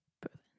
proven